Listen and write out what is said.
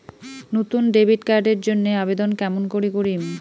নতুন debit card এর জন্যে আবেদন কেমন করি করিম?